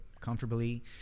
comfortably